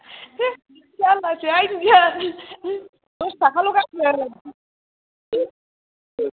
जारलासोहाय बियो दस थाखाल' गारगोन आङो